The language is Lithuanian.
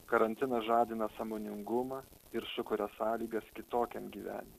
karantinas žadina sąmoningumą ir sukuria sąlygas kitokiam gyvenimui